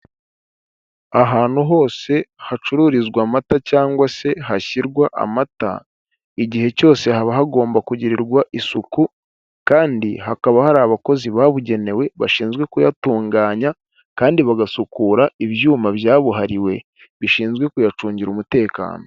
Ahantu hose hacururizwa amata cyangwa se hashyirwa amata, igihe cyose haba hagomba kugirirwa isuku, kandi hakaba hari abakozi babugenewe bashinzwe kuyatunganya kandi bagasukura ibyuma byabuhariwe bishinzwe kuyacungira umutekano.